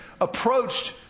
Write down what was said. approached